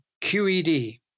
QED